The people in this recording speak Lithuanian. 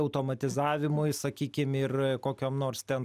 automatizavimui sakykim ir kokiom nors ten